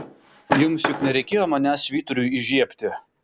jums juk nereikėjo manęs švyturiui įžiebti